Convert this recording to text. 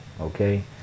Okay